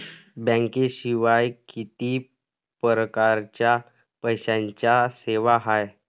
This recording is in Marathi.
बँकेशिवाय किती परकारच्या पैशांच्या सेवा हाय?